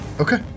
Okay